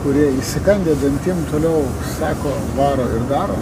kurie išsigandę dantim toliau sako varo daro